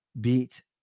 beat